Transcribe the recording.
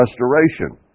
restoration